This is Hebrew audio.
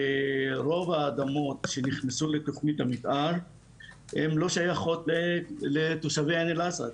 רוב האדמות שנכנסו לתכנית המתאר הן לא שייכות לתושבי עין אל אסד.